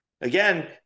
Again